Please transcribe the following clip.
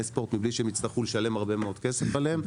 ספורט בלי שהם יצטרכו לשלם הרבה מאוד כסף עליהם.